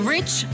Rich